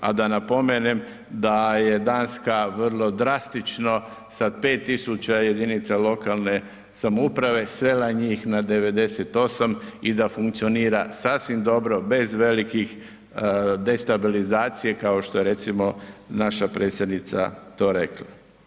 A da napomenem da je Danska vrlo drastično sa 5 tisuća jedinica lokalne samouprave svela njih na 98 i da funkcionira sasvim dobro bez velike destabilizacije kao što je recimo naša predsjednica to rekla.